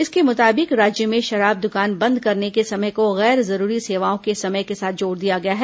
इसके मुताबिक राज्य में शराब दुकान बंद करने के समय को गैर जरूरी सेवाओं के समय के साथ जोड़ दिया गया है